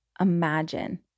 imagine